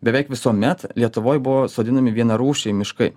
beveik visuomet lietuvoj buvo sodinami vienarūšiai miškai